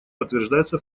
подтверждается